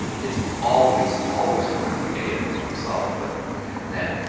it's always always going to be a that we're going to solve but, you know then,